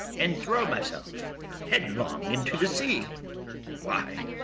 and throw myself headlong into the sea why,